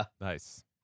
Nice